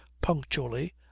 punctually